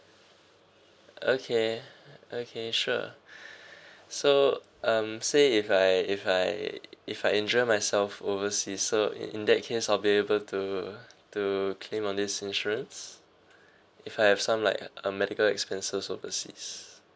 okay okay sure so um say if I if I if I enjoy myself oversea so in that case I'll be able to to claim on this insurance if I have some like uh medical expenses overseas